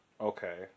Okay